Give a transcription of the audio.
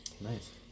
Nice